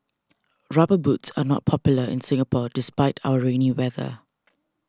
rubber boots are not popular in Singapore despite our rainy weather